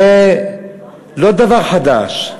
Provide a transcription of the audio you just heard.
זה לא דבר חדש.